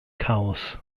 chaos